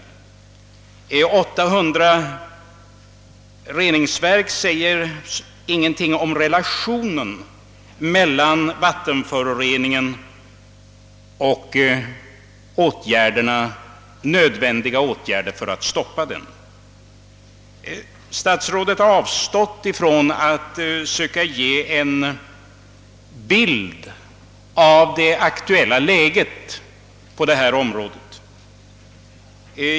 Att vi har 800 reningsverk säger ingenting om relationen mellan vattenföroreningen och nödvändiga åtgärder för att stoppa den. Statsrådet har avstått från att söka ge en bild av det aktuella läget på detta område.